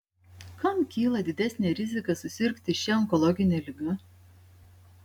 kam kyla didesnė rizika susirgti šia onkologine liga